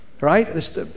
right